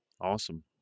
awesome